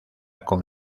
con